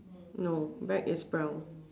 no bag is brown